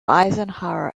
eisenhower